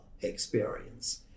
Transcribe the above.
experience